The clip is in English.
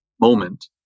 moment